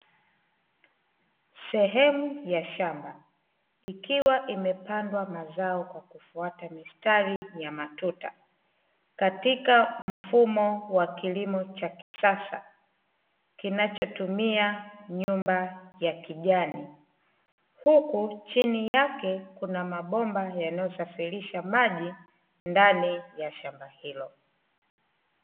Sehemu ya shamba, ikiwa imepandwa mazao kwa kufuata mistari ya matuta, katika mfumo wa kilimo cha kisasa. Kinachotumia nyumba ya kijani, huku chini yake kuna mabomba yanayosafirisha maji, ndani ya shamba hilo.